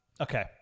okay